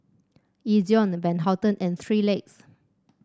Ezion Van Houten and Three Legs